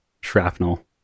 shrapnel